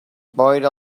boira